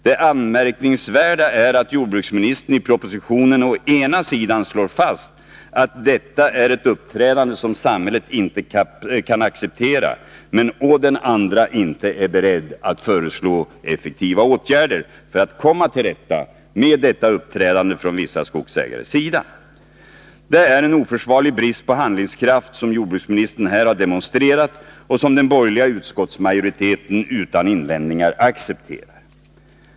Det anmärkningsvärda är att jordbruksministern i propositionen å ena sidan slår fast att detta är ett uppträdande som samhället inte kan acceptera, men å den andra inte är beredd att föreslå effektiva åtgärder för att komma till rätta med detta uppträdande från vissa skogsägares sida. Det är en oförsvarlig brist på handlingskraft som jordbruksministern här har demonstrerat och som den borgerliga utskottsmajoriteten utan invändningar accepterar.